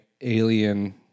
Alien